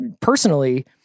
personally